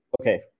okay